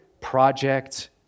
project